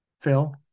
Phil